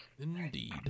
Indeed